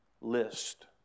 list